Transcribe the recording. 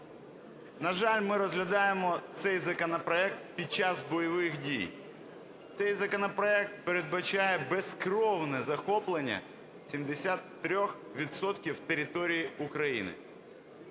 На жаль, ми розглядаємо цей законопроект під час бойових дій. Цей законопроект передбачає безкровне захоплення 73 відсотків території України.